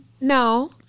no